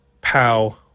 pow